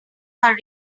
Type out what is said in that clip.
are